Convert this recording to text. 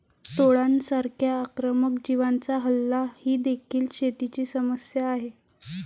टोळांसारख्या आक्रमक जीवांचा हल्ला ही देखील शेतीची समस्या आहे